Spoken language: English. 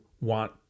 want